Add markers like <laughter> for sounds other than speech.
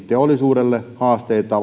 <unintelligible> teollisuudelle haasteita <unintelligible>